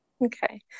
Okay